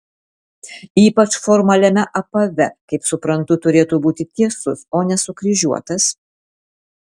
ypač formaliame apave kaip suprantu turėtų būti tiesus o ne sukryžiuotas